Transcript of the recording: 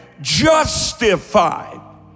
justified